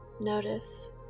Notice